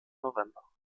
november